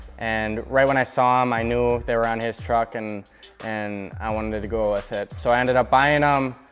and, right when i saw um them, knew they were on his truck and and i wanted to go with it. so i ended up buying um